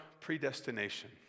predestination